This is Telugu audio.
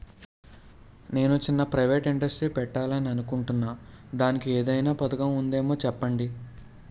నేను చిన్న ప్రైవేట్ ఇండస్ట్రీ పెట్టాలి అనుకుంటున్నా దానికి ఏదైనా పథకం ఉందేమో చెప్పండి?